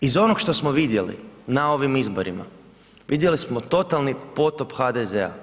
Iz onog što smo vidjeli na ovim izborima, vidjeli smo totalni potop HDZ-a.